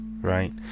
right